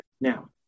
Now